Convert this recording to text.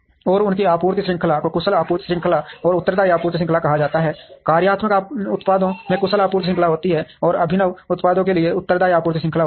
और उनकी आपूर्ति श्रृंखला को कुशल आपूर्ति श्रृंखला और उत्तरदायी आपूर्ति श्रृंखला कहा जाता है कार्यात्मक उत्पादों में कुशल आपूर्ति श्रृंखला होती है और अभिनव उत्पादों के लिए उत्तरदायी आपूर्ति श्रृंखला होती है